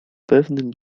pewnym